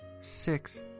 Six